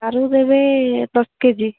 ସାରୁ ଦେବେ ଦଶ କେ ଜି